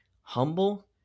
humble